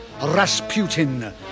Rasputin